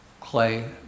clay